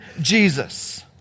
Jesus